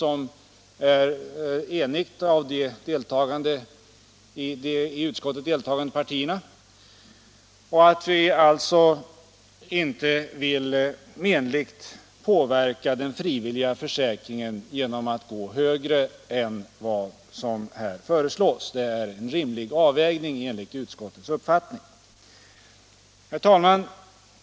Vi vill alltså inte menligt påverka den frivilliga försäkringen genom att gå högre än vad som här föreslås. Det är en rimlig avvägning enligt utskottets uppfattning. Herr talman!